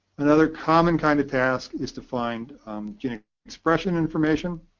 another common kind of task is to find gene expression information.